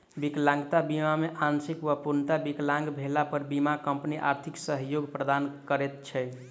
विकलांगता बीमा मे आंशिक वा पूर्णतः विकलांग भेला पर बीमा कम्पनी आर्थिक सहयोग प्रदान करैत छै